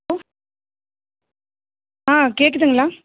hello ஆ கேட்குதுங்ளா